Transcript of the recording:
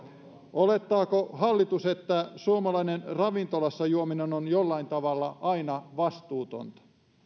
olettaako hallitus että suomalainen ravintolassa juominen on jollain tavalla aina vastuutonta